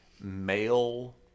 male